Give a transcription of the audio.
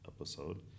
episode